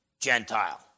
Gentile